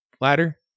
ladder